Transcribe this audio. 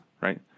right